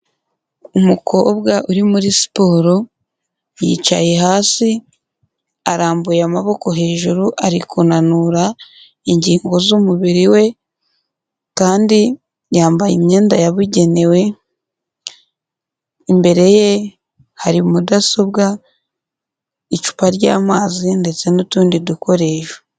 Umukobwa uri muri siporo yicaye hasi arambuye amaboko hejuru ari kunanura ingingo z'umubiri we, kandi yambaye imyenda yabugenewe, imbere ye hari mudasobwa icupa ryamazi ndetse n'utundi dukoresho.